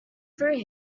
through